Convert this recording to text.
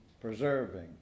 preserving